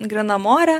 grynam ore